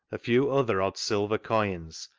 a few other odd silver coins,